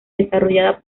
desarrollada